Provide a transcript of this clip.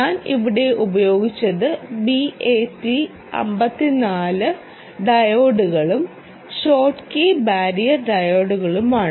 ഞാൻ ഇവിടെ ഉപയോഗിച്ചത് BAT54 ഡയോഡുകളും ഷോട്ട്കി ബാരിയർ ഡയോഡുകളുമാണ്